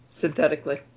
synthetically